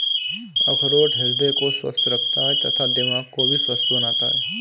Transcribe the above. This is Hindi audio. अखरोट हृदय को स्वस्थ रखता है तथा दिमाग को भी स्वस्थ बनाता है